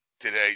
today